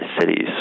cities